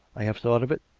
i have thought of it.